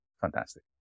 fantastic